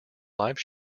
live